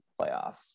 playoffs